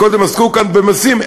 קודם עסקו כאן במסים,